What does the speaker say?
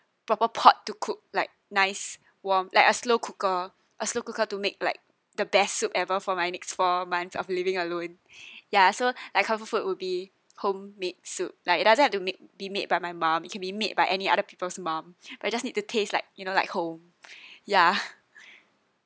proper pot to cook like nice warm like a slow cooker a slow cooker to make like the best soup ever for my next four months of living alone yeah so my comfort food will be homemade soup like it doesn't have to made be made by my mom it can be made by any other people's mom but it just need to taste like you know like home ya